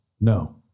no